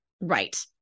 Right